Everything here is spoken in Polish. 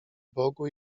bogu